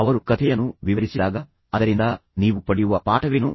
ಅವರು ಕಥೆಯನ್ನು ವಿವರಿಸಿದಾಗ ಅದರಿಂದ ನೀವು ಪಡೆಯುವ ಪಾಠವೇನು